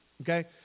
okay